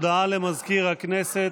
הודעה למזכיר הכנסת.